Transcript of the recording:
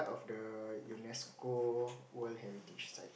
the U_N_E_S_C_O world heritage site